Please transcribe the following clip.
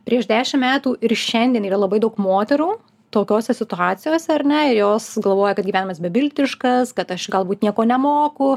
prieš dešimt metų ir šiandien yra labai daug moterų tokiose situacijose ar ne ir jos galvoja kad gyvenimas beviltiškas kad aš galbūt nieko nemoku